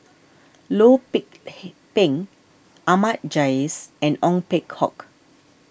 Loh Pik Peng Ahmad Jais and Ong Peng Hock